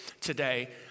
today